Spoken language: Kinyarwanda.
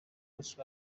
munsi